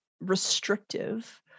restrictive